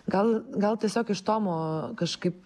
gal gal tiesiog iš tomo kažkaip